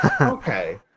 Okay